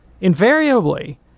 invariably